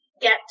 get